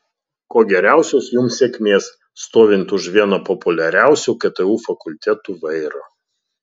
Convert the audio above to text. kuo geriausios jums sėkmės stovint už vieno populiariausių ktu fakultetų vairo